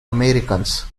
americans